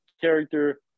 character